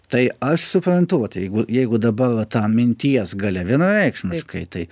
tai aš suprantu vat jeigu jeigu dabar va tą minties galia vienareikšmiškai tai